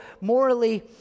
morally